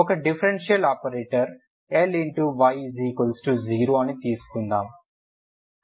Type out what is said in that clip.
ఒక differential operator Ly0 అని తీసుకుందాం